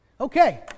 Okay